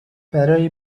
برای